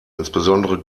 insbesondere